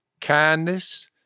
kindness